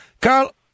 Carl